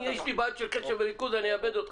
יש לי בעיה של קשב וריכוז, אני אאבד אותך.